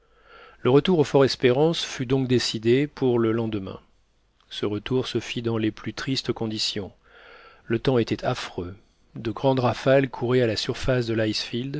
le retour au fort espérance fut donc décidé pour le lendemain ce retour se fit dans les plus tristes conditions le temps était affreux de grandes rafales couraient à la surface de l'icefield